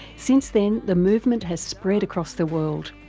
since then the movement has spread across the world.